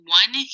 one